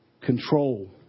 control